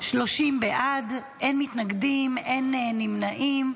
30 בעד, אין מתנגדים, אין נמנעים.